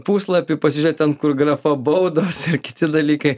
puslapį pasižiūrėt ten kur grafa baudos ir kiti dalykai